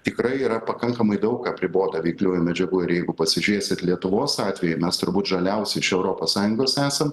tikrai yra pakankamai daug apribota veikliųjų medžiagų ir jeigu pasižiūrėsite lietuvos atveju mes turbūt žaliausi iš europos sąjungos esam